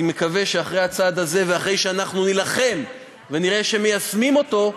אני מקווה שאחרי הצעד הזה ואחרי שאנחנו נילחם ונראה שמיישמים אותו,